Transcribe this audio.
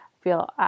feel